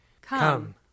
Come